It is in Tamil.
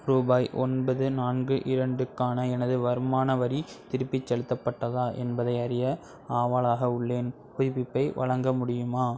ரூபாய் ஒன்பது நான்கு இரண்டுக்கான எனது வருமான வரி திருப்பிச் செலுத்தப்பட்டதா என்பதை அறிய ஆவலாக உள்ளேன் புதுப்பிப்பை வழங்க முடியுமா